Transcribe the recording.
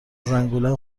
زنگولم